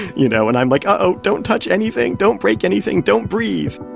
you know, and i'm like, uh-oh, don't touch anything. don't break anything. don't breathe